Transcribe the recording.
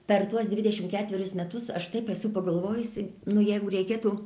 per tuos dvidešimt ketverius metus aš taip esu pagalvojusi nu jeigu reikėtų